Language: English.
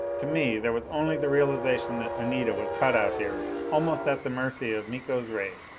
to me there was only the realization that anita was caught out here, almost at the mercy of miko's ray.